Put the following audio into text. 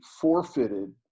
forfeited